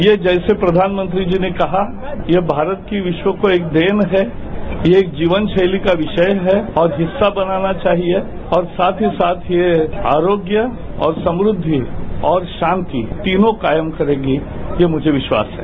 ये जैसे प्रधानमंत्री जी ने कहा यह भारत की विश्व को एक देन है यह जीवनशैली का एक विषय है और हिस्सा बनाना चाहिए और साथ ही साथ यह आरोग्य और समृद्धि और शांति तीनों कायम करेगी ये मुझे विश्वास है